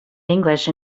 english